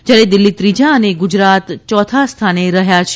જ્યારે દિલ્ફી ત્રીજા અને ગુજરાત યોથા સ્થાને રહ્યા છે